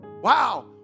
Wow